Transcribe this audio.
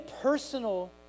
personal